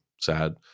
sad